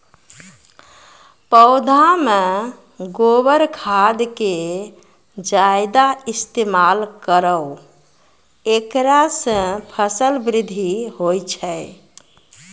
पौधा मे गोबर खाद के ज्यादा इस्तेमाल करौ ऐकरा से फसल बृद्धि होय छै?